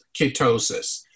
ketosis